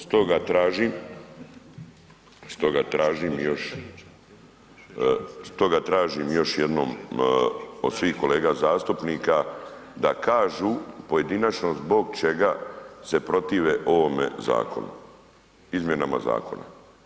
Stoga, stoga tražim, stoga tražim još jednom od svih kolega zastupnika da kažu pojedinačno zbog čega se protive ovome zakonu, izmjenama zakona.